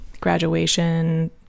graduation